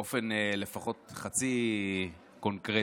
באופן לפחות חצי קונקרטי.